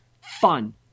fun